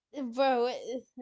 Bro